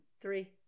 Three